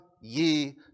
ye